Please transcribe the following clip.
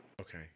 Okay